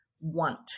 want